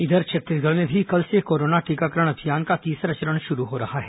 इधर छत्तीसगढ़ में भी कल से कोरोना टीकाकरण अभियान का तीसरा चरण शुरू हो रहा है